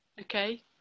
Okay